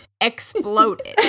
exploded